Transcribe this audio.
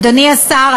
אדוני השר,